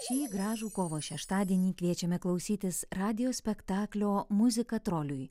šį gražų kovo šeštadienį kviečiame klausytis radijo spektaklio muzika troliui